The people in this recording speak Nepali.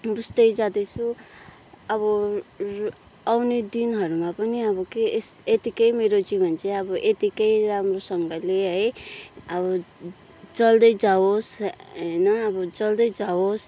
बुझ्दै जाँदैछु अब आउने दिनहरूमा पनि अब के एस् यतिकै मेरो जीवन चाहिँ अब यतिकै राम्रोसँगले है अब चल्दै जावोस् होइन अब चल्दै जावोस्